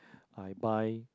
I buy